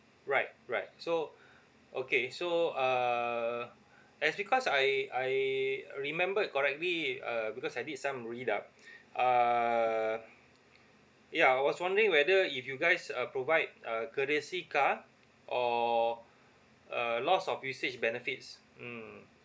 right right so okay so uh as because I I remember correctly uh because I did some read up uh yeah I was wondering whether if you guys uh provide uh courtesy car or uh loss of usage benefits mm